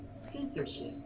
Censorship